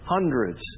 Hundreds